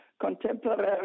contemporary